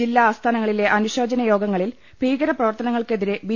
ജില്ലാ ആസ്ഥാനങ്ങളിലെ അനുശോചന യോഗങ്ങളിൽ ഭീകര പ്രവർത്തനങ്ങൾക്ക് എതിരെ ബി